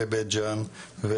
ובבית ג'אן,